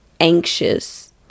anxious